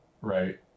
Right